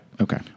Okay